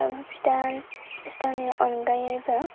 आं फिथा सिथावनि अनगायैबो